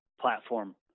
platform